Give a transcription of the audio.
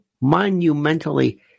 monumentally